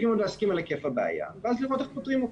צריכים עוד להסכים על היקף הבעיה ואז לראות איך פותרים אותה.